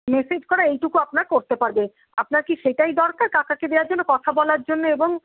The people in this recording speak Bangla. মেসেজ করা এইটুকু আপনার করতে পারবে আপনার কি সেটাই দরকার কাকাকে দেওয়ার জন্য কথা বলার জন্য এবং